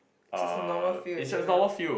just a normal field is it not